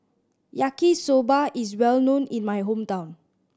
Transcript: Yaki Soba is well known in my hometown